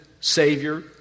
Savior